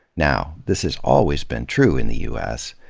now, this has always been true in the u s,